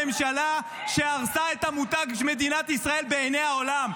זאת הממשלה שהרסה את המותג מדינת ישראל בעיני העולם.